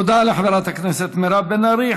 תודה לחברת הכנסת מירב בן ארי.